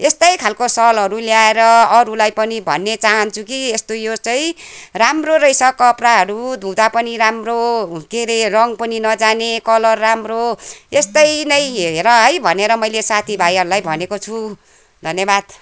यस्तै खालको सलहरू ल्याएर अरूलाई पनि भन्ने चाहन्छु कि यस्तो यो चाहिँ राम्रो रहेछ कपडाहरू धुँदा पनि राम्रो के अरे रङ पनि नजाने कलर राम्रो यस्तै नै हेर है भनेर मैले साथीभाइहरूलाई भनेको छु धन्यवाद